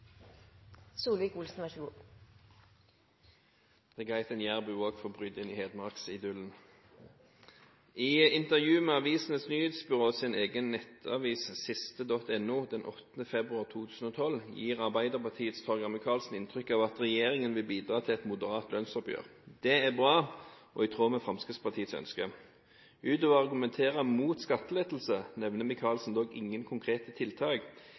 Det er greit at en jærbu får bryte inn i hedmarksidyllen. «I intervju med Avisenes Nyhetsbyrå sin egen nettavis Siste.no 8. februar 2012 gir Arbeiderpartiets Torgeir Micaelsen inntrykk av at regjeringen vil bidra til et moderat lønnsoppgjør. Det er bra og i tråd med Fremskrittspartiets ønsker. Utover å argumentere mot skattelettelser nevner Micaelsen dog ingen konkrete tiltak.